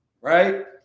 right